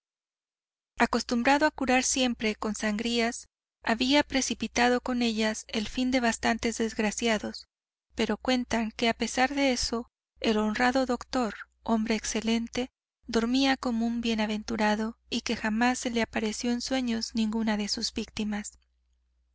acostumbrado a curar siempre con sangrías había precipitado con ellas el fin de bastantes desgraciados pero cuentan que a pesar de eso el honrado doctor hombre excelente dormía como un bienaventurado y que jamás se le apareció en sueños ninguna de sus víctimas